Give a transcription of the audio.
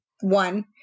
one